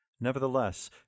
Nevertheless